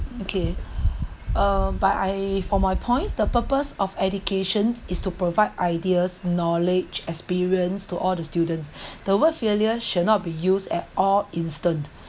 okay uh but I for my point the purpose of education is to provide ideas knowledge experience to all the students the world failure should not be used at all instant